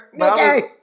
Okay